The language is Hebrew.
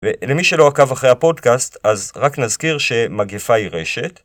ולמי שלא עקב אחרי הפודקאסט, אז רק נזכיר שמגיפה היא רשת.